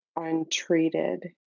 untreated